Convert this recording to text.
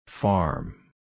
Farm